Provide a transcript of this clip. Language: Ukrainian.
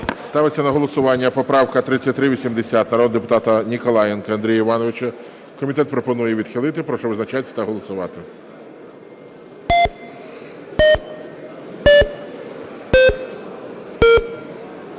Ставиться на голосування поправка 3380 народного депутата Ніколаєнка Андрія Івановича. Комітет пропонує її відхилити. Прошу визначатись та голосувати.